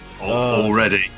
Already